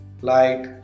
light